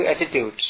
attitudes